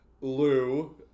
Lou